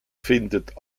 findet